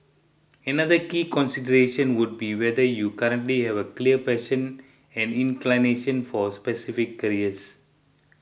another key consideration would be whether you currently have a clear passion and inclination for specific careers